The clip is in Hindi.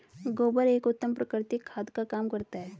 गोबर एक उत्तम प्राकृतिक खाद का काम करता है